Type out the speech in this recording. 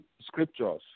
scriptures